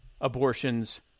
abortions